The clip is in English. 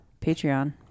Patreon